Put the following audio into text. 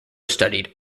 studied